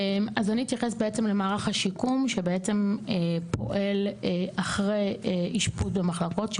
אז אני בעצם אתייחס למערך השיקום שבעצם פועל אחרי אשפוז במחלקות,